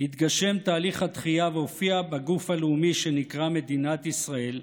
התגשם תהליך התחייה והופיע בגוף הלאומי שנקרא מדינת ישראל,